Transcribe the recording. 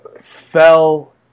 fell